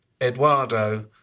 Eduardo